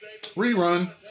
rerun